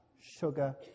Sugar